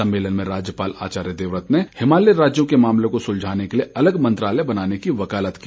सम्मेलन में बतौर मुख्य अतिथि राज्यपाल आचार्य देवव्रत ने हिमालयी राज्यों के मामलों को सुलझाने के लिए अलग मंत्रालय बनाने की वकालत की